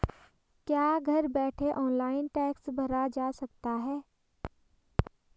क्या घर बैठे ऑनलाइन टैक्स भरा जा सकता है?